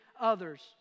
others